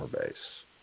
base